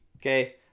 Okay